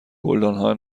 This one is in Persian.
گلدانهای